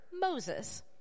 Moses